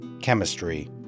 chemistry